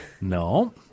No